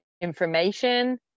information